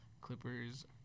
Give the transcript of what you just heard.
Clippers